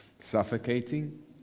Suffocating